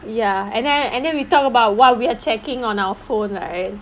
ya and then and then we talk about why we are checking on our phone right